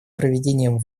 проведением